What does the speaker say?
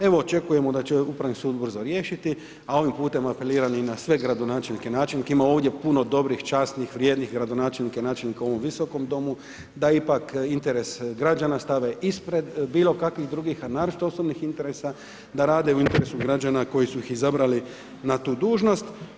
Evo, očekujemo da će Upravi sud ubrzo riješiti, a ovim putem apeliram i na sve gradonačelnike i načelnike ima ovdje puno dobrih, časnih, vrijednih gradonačelnika i načelnika u ovom visokom domu, da ipak interes građana stave ispred bilo kakvih drugih, a naročito osobnih interesa, da rade u interesu građana koji su ih izabrali na tu dužnost.